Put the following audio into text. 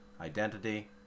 identity